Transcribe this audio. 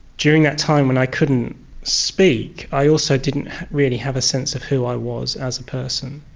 during that time when i couldn't speak i also didn't really have a sense of who i was as a person.